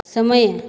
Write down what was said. समय